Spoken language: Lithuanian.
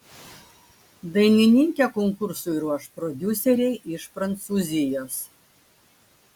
dainininkę konkursui ruoš prodiuseriai iš prancūzijos